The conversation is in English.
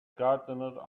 gardener